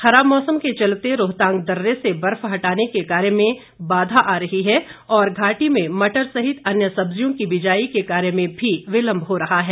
खराब मौसम के चलते रोहतांग दर्रे से बर्फ हटाने के कार्य में बाधा आ रही है और घाटी में मटर सहित अन्य सब्जियों के बीजाई कार्य में भी विलम्ब हो रहा है